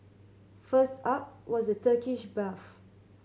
first up was the Turkish bath